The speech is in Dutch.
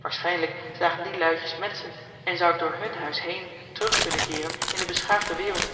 waarschijnlijk zagen die luitjes menschen en zou ik door hun huis heen terug kunnen keeren in de beschaafde wereld